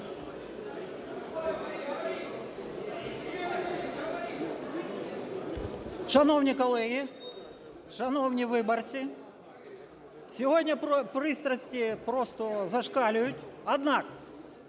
Шановні колеги, шановні виборці! Сьогодні пристрасті просто зашкалюють. Однак,